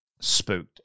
spooked